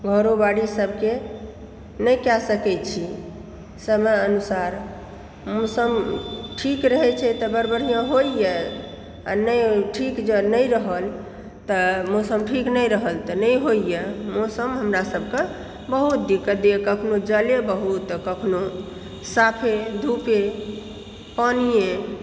घरो बाड़ी सभके नहि कए सकैत छी समय अनुसार मौसम ठीक रहय छै तऽ बड़ बढ़िआँ होइए आ नहि ठीक जँ नहि रहल तऽ मौसम ठीक नहि रहल तऽ नहि होइए मौसम हमरा सभके बहुत दिक्कत दयए कखनो जले बहुत तऽ कखनो साफे धूपे पानिए